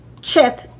chip